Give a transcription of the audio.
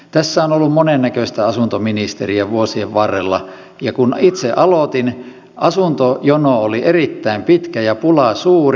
tässä on ollut monennäköistä asuntoministeriä vuosien varrella ja kun itse aloitin asuntojono oli erittäin pitkä ja pula suuri